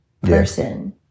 person